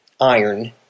iron